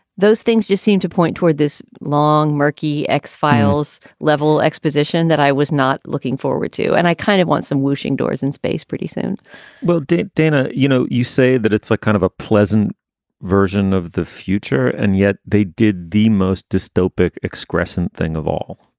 those things just seem to point toward this long, murky x-files level exposition that i was not looking forward to. and i kind of want some wooshing doors in space pretty soon well, did dana, you know, you say that it's a kind of a pleasant version of the future, and yet they did the most dystopic ex-christian thing of all